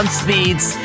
speeds